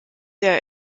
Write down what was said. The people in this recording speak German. der